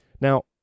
Now